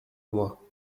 moi